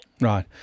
Right